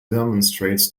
demonstrate